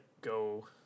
go